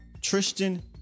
Tristan